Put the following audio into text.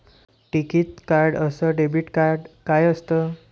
टिकीत कार्ड अस debit card काय असत?